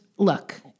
Look